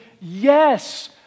yes